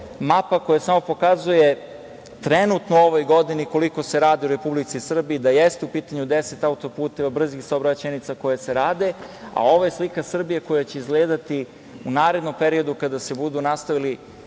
mapa koja samo pokazuje trenutno u ovoj godini koliko se radi u Republici Srbiji, da jeste u pitanju deset auto-puteva, brzih saobraćajnica koje se rade, a ovo je slika Srbije koja će izgledati u narednom periodu kada se budu nastavili